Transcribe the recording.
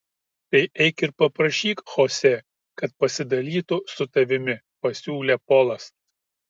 tai eik ir paprašyk chosė kad pasidalytų su tavimi pasiūlė polas